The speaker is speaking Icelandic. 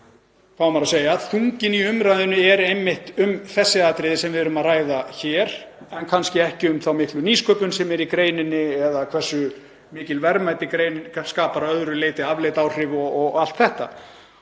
er um greinina er einmitt um þessi atriði sem við erum að ræða hér en kannski ekki um þá miklu nýsköpun sem er í greininni eða hversu mikil verðmæti greinin skapar að öðru leyti, afleidd áhrif og allt þetta.